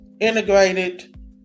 integrated